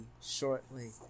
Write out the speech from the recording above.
shortly